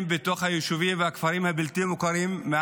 בתוך היישובים והכפרים הבלתי-מוכרים בנגב,